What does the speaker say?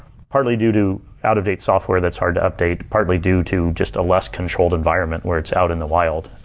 partly due to out-of-date software that's hard to update, partly due to just a less controlled environment where it's out in the wild.